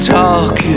talk